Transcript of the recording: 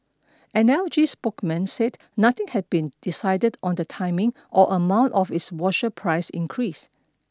an L G spokesman said nothing had been decided on the timing or amount of its washer price increase